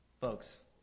folks